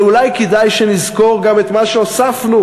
אבל אולי כדאי שנזכור גם את מה שהוספנו,